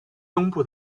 东部